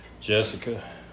Jessica